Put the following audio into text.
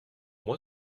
moi